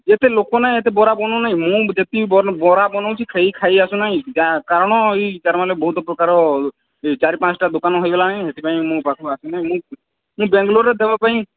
ଏତେ ଲୋକ ନାହିଁ ଏତେ ବରା ବନାଉ ନାହିଁ ମୁଁ ଯେତିକି ବରା ବନାଉଚି ଖଇ ଖାଇ ଆସୁନାହିଁ ଯା କାରଣ ଏଇ ଚାରମା ବହୁତ ପ୍ରକାର ଚାରି ପାଞ୍ଚଟା ଦୋକାନ ହେଇଗଲାଣିଁ ସେଥିପାଇଁ ମୁଁ ପାଖକୁ ଆସୁନାହିଁ ମୁଁ ମୁଁ ବାଙ୍ଗଲୋରରେ ଦେବା ପାଇଁ